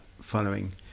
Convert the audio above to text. following